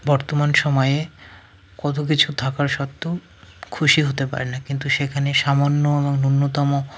বর্তমান সময়ে কত কিছু থাকার সত্ত্বেও খুশি হতে পারেন না কিন্তু সেখানে সামান্য এবং ন্যূনতম